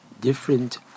different